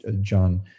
John